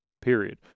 period